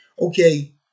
okay